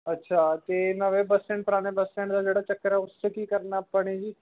ਅੱਛਾ ਅਤੇ ਨਵੇਂ ਬੱਸ ਸਟੈਂਡ ਪੁਰਾਣੇ ਬੱਸ ਸਟੈਂਡ ਦਾ ਜਿਹੜਾ ਚੱਕਰ ਹੈ ਉਸ 'ਚ ਕੀ ਕਰਨਾ ਆਪਾਂ ਨੇ ਜੀ